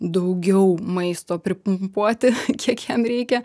daugiau maisto pripumpuoti kiek jam reikia